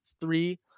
three